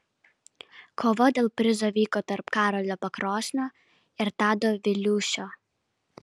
kova dėl prizo vyko tarp karolio pakrosnio ir tado viliūšio